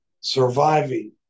Surviving